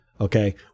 Okay